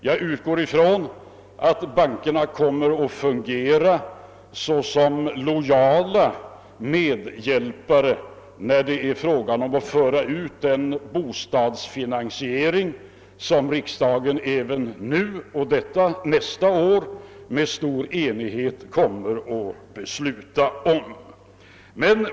Jag utgår från att bankerna kommer att fungera såsom lojala medhjälpare när det gäller att förverkliga den bostadsfinansiering som riksdagen har beslutat om under stor enighet.